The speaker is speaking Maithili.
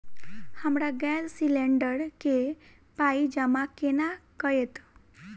हमरा गैस सिलेंडर केँ पाई जमा केना हएत?